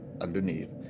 underneath